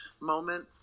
moment